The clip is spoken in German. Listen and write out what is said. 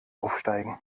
aufsteigen